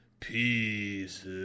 Peace